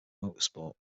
motorsport